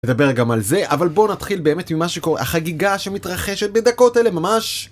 נדבר גם על זה, אבל בואו נתחיל באמת ממה שקורה, החגיגה שמתרחשת בדקות אלה ממש